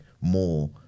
more